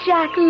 Jack